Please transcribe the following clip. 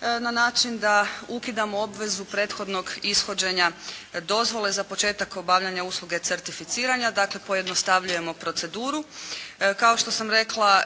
na način da ukidamo obvezu prethodnog ishođenja dozvole za početak obavljanja usluge certificiranja. Dakle, pojednostavljujemo proceduru. Kao što sam rekla